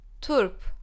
Turp